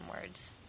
words